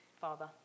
Father